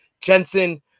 jensen